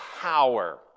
power